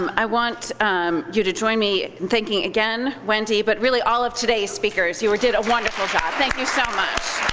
um i want you to join me in thanking, again, wendy, but really all of today's speakers. you did a wonderful job. thank you so much.